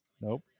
Nope